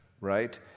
right